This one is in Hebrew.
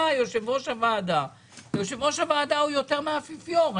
אתה יושב ראש הוועד ויושב ראש הוועדה הוא יותר מהאפיפיור.